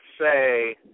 say